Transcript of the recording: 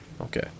Okay